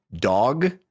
dog